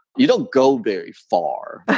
you don't go very far